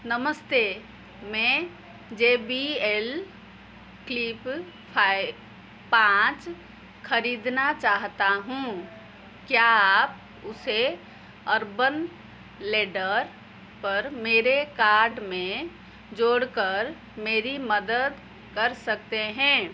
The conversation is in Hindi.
नमस्ते मैं J B L Flip five पाँच खरीदना चाहता हूँ क्या आप उसे अर्बन लैडर पर मेरे कार्ट में जोड़कर मेरी मदद कर सकते हैं